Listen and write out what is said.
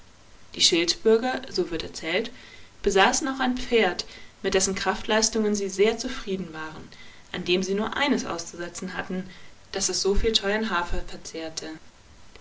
die schildbürger so wird erzählt besaßen auch ein pferd mit dessen kraftleistungen sie sehr zufrieden waren an dem sie nur eines auszusetzen hatten daß es soviel teuern hafer verzehrte